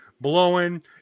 blowing